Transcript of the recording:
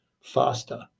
faster